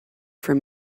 from